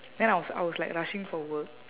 then I was I was like rushing for work